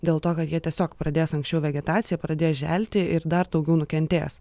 dėl to kad jie tiesiog pradės anksčiau vegetacija pradės želti ir dar daugiau nukentės